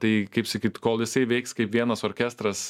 tai kaip sakyt kol jisai veiks kaip vienas orkestras